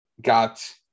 got